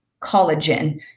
collagen